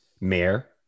mayor